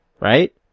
right